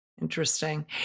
interesting